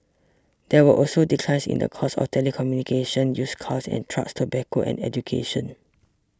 there were also declines in the cost of telecommunication used cares and trucks tobacco and education